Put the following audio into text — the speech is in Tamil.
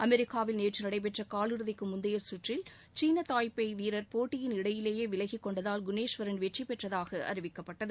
அமெரிக்காவில் நேற்று நடைபெற்ற காலிறுதிக்கு முந்தைய கற்றில் சீன தாய்பெய் வீரர் போட்டியின் இடையிலேயே விலகிக்கொண்டதால் குணேஷ்வரன் வெற்றி பெற்றதாக அறிவிக்கப்பட்டது